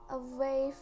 away